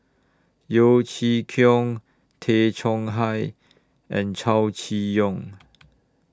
Yeo Chee Kiong Tay Chong Hai and Chow Chee Yong